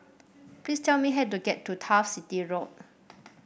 please tell me how to get to Turf City Road